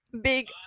Big